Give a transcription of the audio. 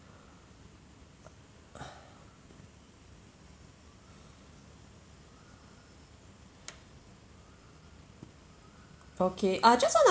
okay uh just wanna